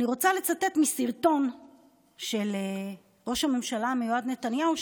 אני רוצה לצטט מסרטון של ראש הממשלה המיועד נתניהו,